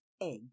egg